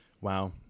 Wow